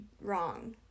wrong